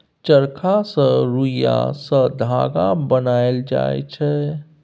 चरखा सँ रुइया सँ धागा बनाएल जाइ छै